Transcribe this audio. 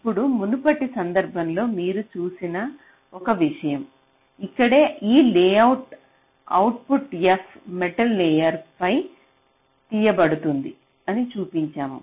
ఇప్పుడు మునుపటి సందర్భంలో మీరు చూసిన ఒక విషయం ఇక్కడ ఈ layout output f metal layer పై తీయబడుతుందని చూపించాము